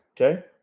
okay